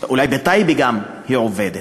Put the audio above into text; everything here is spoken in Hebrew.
אולי גם בטייבה היא עובדת.